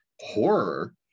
horror